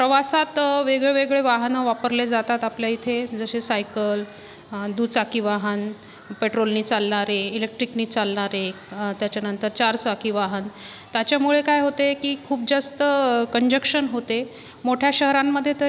प्रवासात वेगवेगळे वाहने वापरले जातात आपल्या इथे जसे सायकल दुचाकी वाहन पेट्रोलने चालणारे एलेक्ट्रिकने चालणारे त्याच्यानंतर चारचाकी वाहन त्याच्यामुळे काय होते की खूप जास्त कॉनजक्शन होते मोठ्या शहरांमध्ये तरी